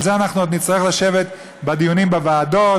על זה אנחנו עוד נצטרך לשבת בדיונים בוועדות